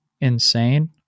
insane